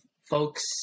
folks